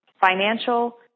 financial